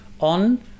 on